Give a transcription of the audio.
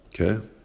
okay